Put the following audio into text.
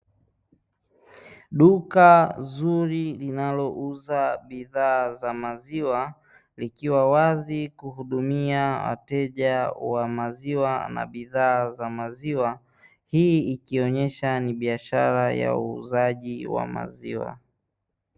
Duka zuri linalouza bidhaa za maziwa, likiwa wazi kuhudumia wateja wa maziwa na bidhaa za maziwa. Hii ikionyesha ni biashara ya uuzaji wa maziwa.